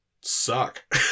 suck